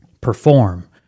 perform